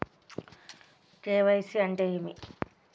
KYC అంటే ఏమి?